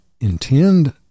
intend